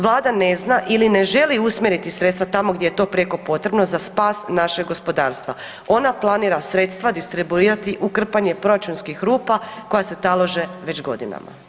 Vlada ne zna ili ne želi usmjeriti sredstva tamo gdje je to prijeko potrebno za spas našeg gospodarstva, ona planira sredstva distribuirati u krpanje proračunskih rupa koje se talože već godinama.